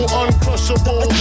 uncrushable